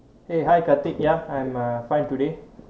!hey! hi khaarthik ya I'm err fine today